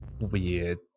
weird